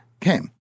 came